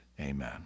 Amen